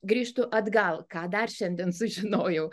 grįžtu atgal ką dar šiandien sužinojau